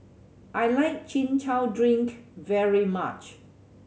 I like Chin Chow drink very much